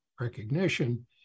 recognition